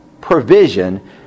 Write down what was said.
provision